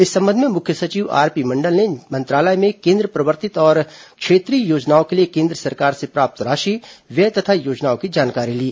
इस संबंध में मुख्य सचिव आरपी मंडल ने मंत्रालय में केन्द्र प्रवर्तित और क्षेत्रीय योजनाओं के लिए केन्द्र सरकार से प्राप्त राशि व्यय तथा योजनाओं की जानकारी ली